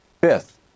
Fifth